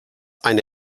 eine